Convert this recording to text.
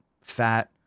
fat